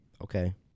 Okay